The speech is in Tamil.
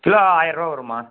கிலோ ஆயரருவா வரும்மா